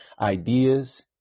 ideas